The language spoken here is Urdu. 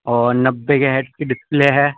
اور نوے کے ہائیٹ کی ڈسپلے ہے